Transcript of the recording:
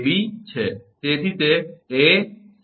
𝑎𝑏 છે તેથી તે 𝑎